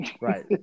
right